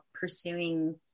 pursuing